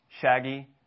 shaggy